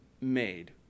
made